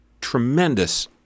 tremendous